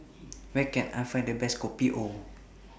Where Can I Find The Best Kopi O